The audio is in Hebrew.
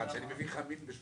6 מיליון שקלים,